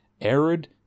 arid